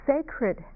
sacred